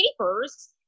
papers